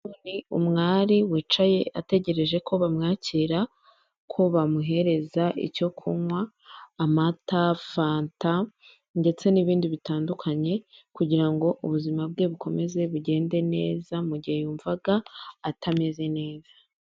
Ni umwari wicaye ategereje ko bamwakira ko bamuhereza icyo kunywa amata fanta ndetse n'ibindi bitandukanye, kugira ngo ubuzima bwe bukomeze bugende neza mu gihe yumvaga atameze neza.